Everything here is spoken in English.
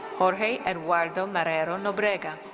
jorge eduardo marrero nobrega.